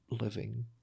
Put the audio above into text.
living